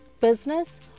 business